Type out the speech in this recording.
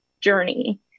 journey